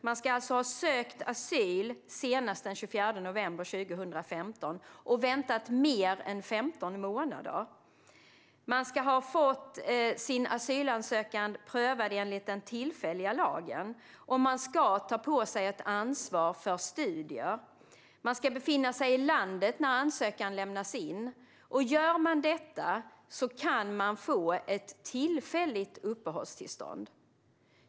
Man ska alltså ha sökt asyl senast den 24 november 2015 och väntat i mer än 15 månader, man ska ha fått sin asylansökan prövad enligt den tillfälliga lagen, man ska ta på sig ett ansvar för studier och man ska befinna sig i landet när ansökan lämnas in. Gör man detta kan man få ett tillfälligt uppehållstillstånd.